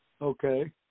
Okay